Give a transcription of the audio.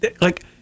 Like-